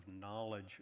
knowledge